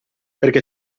perché